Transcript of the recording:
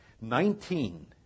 Nineteen